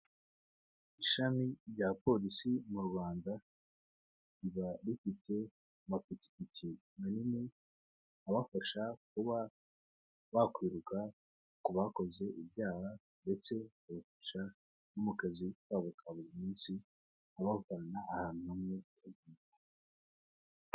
Ishami rya polisi mu Rwanda riba rifite amapikipiki manini abafasha kuba bakwiruka ku bakoze ibyaha ndetse babafasha no mu kazi kabo ka buri munsi abavana ahantu hamwe.